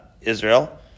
Israel